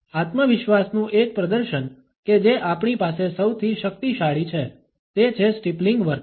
આત્મવિશ્વાસનું એક પ્રદર્શન કે જે આપણી પાસે સૌથી શક્તિશાળી છે તે છે સ્ટીપલિંગ વર્તન